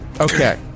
Okay